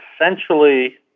essentially